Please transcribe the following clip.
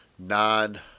Non